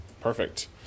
Perfect